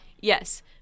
Yes